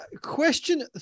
Question